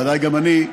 בוודאי גם אני,